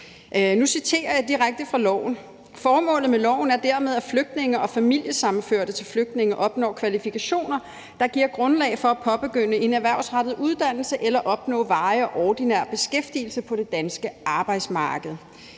Nu citerer jeg direkte fra lovforslaget: »Formålet med loven er dermed, at flygtninge og familiesammenførte til flygtninge opnår kvalifikationer, der giver grundlag for at påbegynde en erhvervsrettet uddannelse eller opnå varig og ordinær beskæftigelse på det danske arbejdsmarked.«